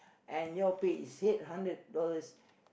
and your pay is eight hundred dollars